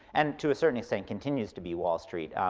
and to a certain extent, continues to be wall street.